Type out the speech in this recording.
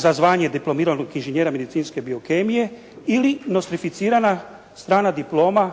za zvanje diplomiranog inženjera medicinske biokemije ili nostrificirana strana diploma